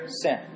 sin